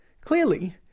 Clearly